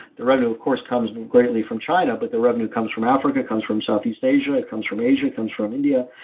their revenue of course comes greatly from china, but the revenue comes from africa, it comes from southeast asia, it comes from asia, it comes from india.